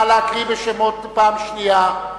נא להקריא פעם שנייה את